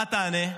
מה תענה?